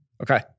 Okay